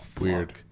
Weird